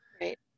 Right